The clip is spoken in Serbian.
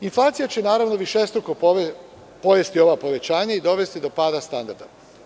Inflacija će višestruko pojesti ova povećanja i dovesti do pada standarda.